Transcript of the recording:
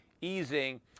easing